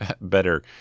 better